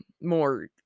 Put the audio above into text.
more